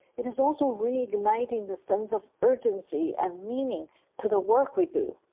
it is also reigniting the sense of urgency and meaning to the work we do.